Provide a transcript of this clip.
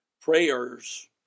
Prayers